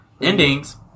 Endings